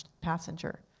passenger